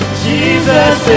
Jesus